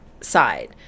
side